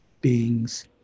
beings